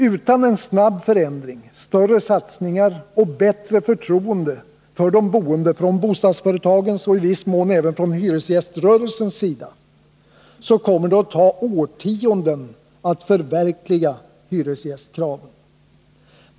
Utan en snabb förändring, större satsningar och bättre förtroende för de boende från bostadsföretagens och i viss mån även från hyresgäströrelsens sida kommer det att ta årtionden att förverkliga hyresgästkraven.